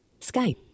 Skype